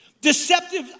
Deceptive